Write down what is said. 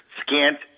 scant